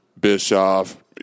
Bischoff